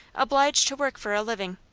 obliged to work for a living.